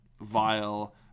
vile